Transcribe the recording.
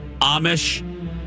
Amish